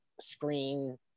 screen